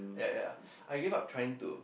ya ya I give up trying to